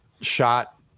shot